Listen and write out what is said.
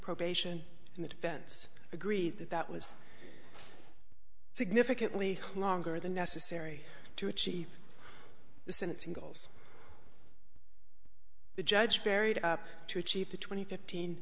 probation and the defense agreed that that was significantly longer than necessary to achieve the sentencing goals the judge buried up to achieve the twenty fifteen